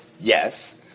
yes